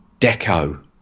Deco